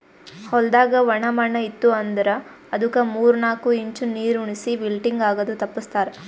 ಹೊಲ್ದಾಗ ಒಣ ಮಣ್ಣ ಇತ್ತು ಅಂದ್ರ ಅದುಕ್ ಮೂರ್ ನಾಕು ಇಂಚ್ ನೀರುಣಿಸಿ ವಿಲ್ಟಿಂಗ್ ಆಗದು ತಪ್ಪಸ್ತಾರ್